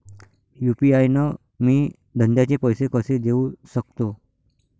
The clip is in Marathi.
यू.पी.आय न मी धंद्याचे पैसे कसे देऊ सकतो?